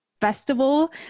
festival